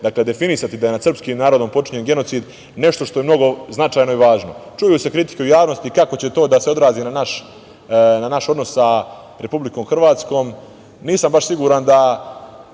će se definisati da je nad srpskim narodom počinjen genocid, nešto što je mnogo značajno i važno. Čuju se kritike u javnosti kako će to da se odrazi na naš odnos sa Republikom Hrvatskom. Nisam baš siguran,